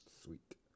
Sweet